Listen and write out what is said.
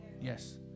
Yes